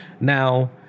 now